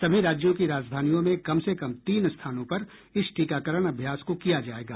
सभी राज्यों की राजधानियों में कम से कम तीन स्थानों पर इस टीकाकरण अभ्यास को किया जाएगा